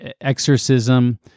exorcism